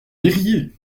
liriez